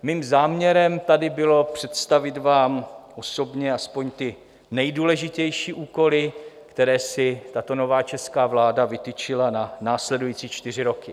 Mým záměrem tady bylo představit vám osobně aspoň ty nejdůležitější úkoly, které si tato nová česká vláda vytyčila na následující čtyři roky.